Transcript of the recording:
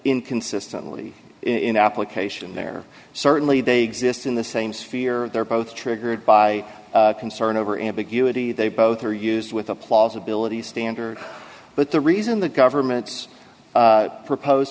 inconsistently in application they're certainly they exist in the same sphere they're both triggered by concern over ambiguity they both are used with a plausibility standard but the reason the government's proposed